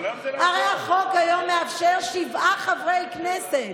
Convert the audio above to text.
הרי החוק מאפשר היום שבעה חברי כנסת.